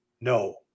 No